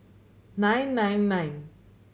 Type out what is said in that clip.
nine nine nine